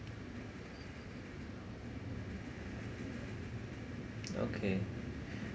okay